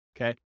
okay